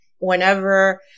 whenever